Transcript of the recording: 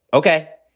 ok,